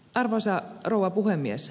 arvoisa rouva puhemies